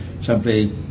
simply